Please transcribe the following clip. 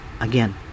again